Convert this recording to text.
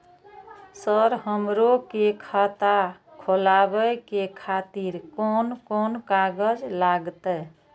Sir हमरो के खाता खोलावे के खातिर कोन कोन कागज लागते?